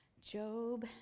Job